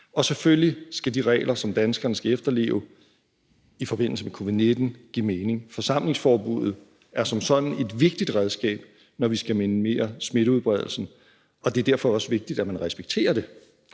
Og selvfølgelig skal de regler, som danskerne skal efterleve i forbindelse med covid-19, give mening. Forsamlingsforbuddet er som sådan et vigtigt redskab, når vi skal minimere smitteudbredelsen, og det er derfor også vigtigt, at man respekterer det.